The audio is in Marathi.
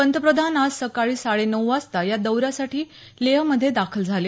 पंतप्रधान आज सकाळी साडे नऊ वाजता या दौऱ्यासाठी लेहमधे दाखल झाले